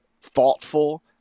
thoughtful